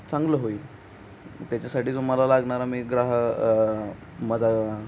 चांगलं होईल त्याच्यासाठी जो मला लागणारा मी ग्राहक माझा